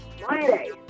Friday